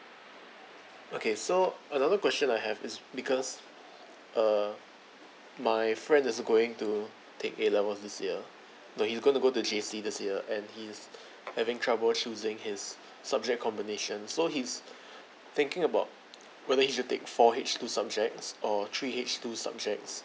okay so another question I have is because uh my friend is going to take A level this year no he's gonna go to J_C this year and he's having trouble choosing his subject combination so he's thinking about wether he should take four H two subjects or three H two subjects